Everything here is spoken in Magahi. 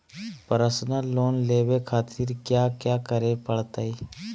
पर्सनल लोन लेवे खातिर कया क्या करे पड़तइ?